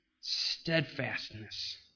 steadfastness